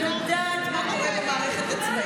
אני יודעת מה קורה במערכת הצבאית.